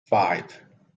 five